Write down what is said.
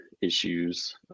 issues